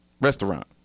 restaurant